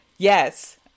Yes